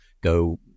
go